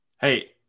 Hey